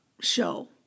show